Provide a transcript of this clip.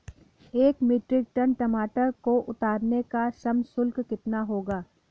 एक metric ton टमाटर को उतारने का श्रम शुल्क कितना होगा?